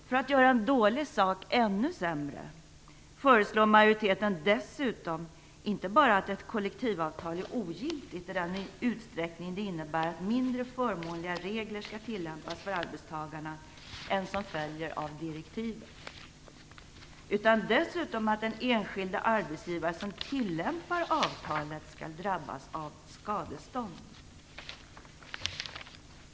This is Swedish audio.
För att göra en dålig sak ännu sämre föreslår majoriteten dessutom inte bara att ett kollektivavtal är ogiltigt i den utsträckning det innebär att mindre förmånliga regler skall tillämpas för arbetstagarna än som följer av direktiven, utan också att den enskilde arbetsgivare som tillämpar avtalet skall drabbas av skadestånd!